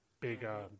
bigger